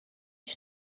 die